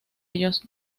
ellos